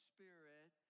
Spirit